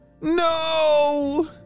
No